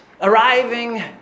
arriving